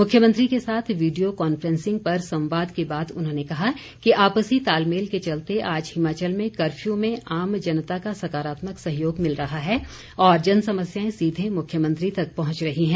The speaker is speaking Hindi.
मुख्यमंत्री के साथ वीडियो कांफ्रेंसिंग पर संवाद के बाद उन्होंने कहा कि आपसी तालमेल के चलते आज हिमाचल में कर्फ्यू में आम जनता का सकारात्मक सहयोग मिल रहा है और जन समस्याएं सीधे मुख्यमंत्री तक पहुंच रही हैं